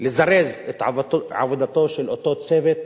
לזרז את עבודתו של אותו צוות